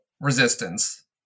resistance